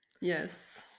Yes